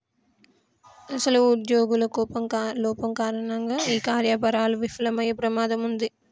అసలు ఉద్యోగుల లోపం కారణంగా ఈ కార్యకలాపాలు విఫలమయ్యే ప్రమాదం ఉంది